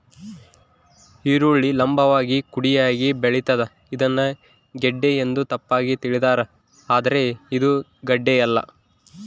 ಈರುಳ್ಳಿ ಲಂಭವಾಗಿ ಕುಡಿಯಾಗಿ ಬೆಳಿತಾದ ಇದನ್ನ ಗೆಡ್ಡೆ ಎಂದು ತಪ್ಪಾಗಿ ತಿಳಿದಾರ ಆದ್ರೆ ಇದು ಗಡ್ಡೆಯಲ್ಲ